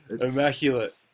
Immaculate